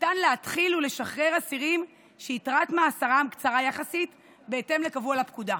ניתן להתחיל לשחרר אסירים שיתרת מאסרם קצרה יחסית בהתאם לקבוע לפקודה.